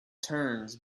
turns